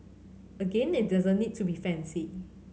again it doesn't need to be fancy